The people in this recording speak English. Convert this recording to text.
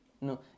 no